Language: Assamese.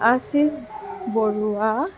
আচিছ বৰুৱা